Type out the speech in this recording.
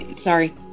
Sorry